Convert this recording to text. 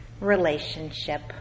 relationship